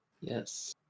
Yes